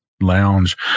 lounge